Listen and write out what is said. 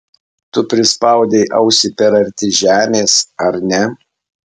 tu prispaudei ausį per arti žemės ar ne